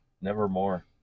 Nevermore